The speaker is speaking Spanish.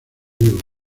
vivo